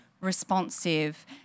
responsive